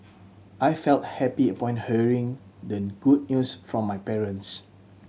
I felt happy upon hearing the good news from my parents